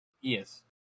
Yes